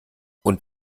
und